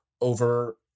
over